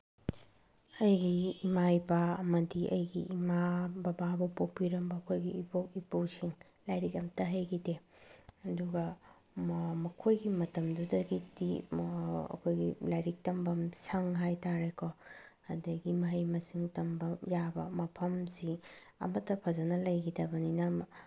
ꯑꯩꯒꯤ ꯏꯃꯥ ꯏꯄꯥ ꯑꯃꯗꯤ ꯑꯩꯒꯤ ꯏꯃꯥ ꯕꯕꯥꯕꯨ ꯄꯣꯛꯄꯤꯔꯝꯕ ꯑꯩꯈꯣꯏꯒꯤ ꯏꯕꯣꯛ ꯏꯄꯨꯁꯤꯡ ꯂꯥꯏꯔꯤꯛ ꯑꯝꯇ ꯍꯩꯈꯤꯗꯦ ꯑꯗꯨꯒ ꯃꯈꯣꯏꯒꯤ ꯃꯇꯝꯗꯨꯗꯒꯤꯗꯤ ꯑꯩꯈꯣꯏꯒꯤ ꯂꯥꯏꯔꯤꯛ ꯇꯝꯐꯝ ꯁꯪ ꯍꯥꯏꯇꯥꯔꯦꯀꯣ ꯑꯗꯒꯤ ꯃꯍꯩ ꯃꯁꯤꯡ ꯇꯝꯕ ꯌꯥꯕ ꯃꯐꯝꯁꯤ ꯑꯃꯠꯇ ꯐꯖꯅ ꯂꯩꯈꯤꯗꯕꯅꯤꯅ